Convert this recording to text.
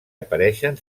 apareixen